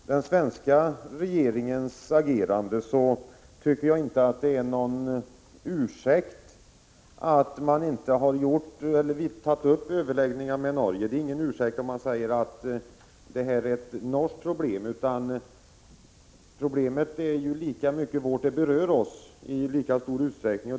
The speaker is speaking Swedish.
Den svenska regeringens brist på agerande, då man inte tagit upp överläggningar med Norge kan inte ursäktas av att man säger att det här är ett norskt problem. Det berör oss i lika stor utsträckning.